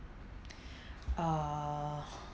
uh